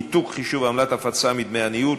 ניתוק חישוב עמלת ההפצה מדמי הניהול),